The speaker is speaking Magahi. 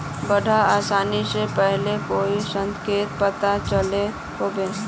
बाढ़ ओसबा से पहले कोई संकेत पता चलो होबे?